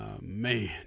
Man